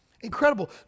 Incredible